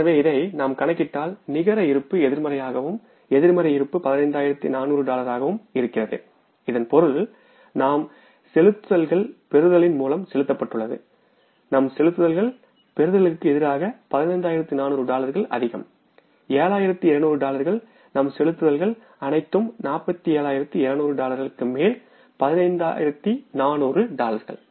எனவே இதை நாம் கணக்கிட்டால் நிகர இருப்பு எதிர்மறையாகவும் எதிர்மறை இருப்பு 15400 டாலர்களாகவும் இருக்கிறதுஇதன் பொருள் நம் செலுத்துதல்கள் பெறுதலின் மூலம் செலுத்தப்பட்டுள்ளது நம் செலுத்துதல்கள் பெறுதலுக்கு எதிராக 15400 டாலர்கள் அதிகம் 7200 டாலர்கள் நம் செலுத்துதல்கள் அனைத்தும் 47200 டாலர்களுக்கு மேல் 15400 டாலர்கள்